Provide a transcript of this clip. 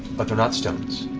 but they're not stones,